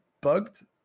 bugged